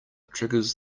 triggers